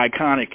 iconic